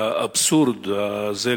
לאבסורד הזה,